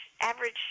Average